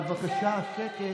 בבקשה שקט.